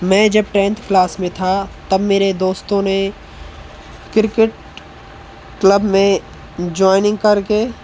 मैं जब tenth class में था तब मेरे दोस्तों ने क्रिकेट क्लब में जॉइनिंग करके